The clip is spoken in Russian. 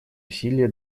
усилия